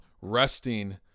resting